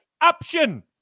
option